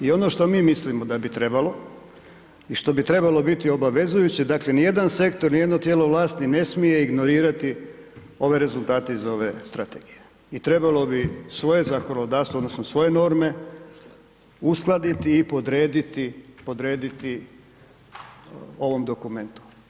I ono što mi mislimo da bi trebalo i što bi trebalo biti obavezujuće, dakle ni jedan sektor ni jedno tijelo vlasti ne smije ignorirati ove rezultate iz ove strategije i trebalo bi svoje zakonodavstvo odnosno svoje norme uskladiti i podrediti, podrediti ovom dokumentu.